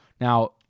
Now